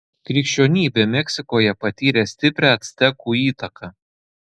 krikščionybė meksikoje patyrė stiprią actekų įtaką